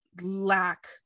lack